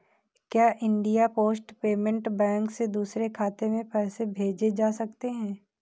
क्या India Post Payment Bank से दूसरे खाते में पैसे भेजे जा सकते हैं?